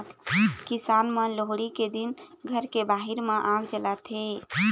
किसान मन लोहड़ी के दिन घर के बाहिर म आग जलाथे